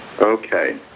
Okay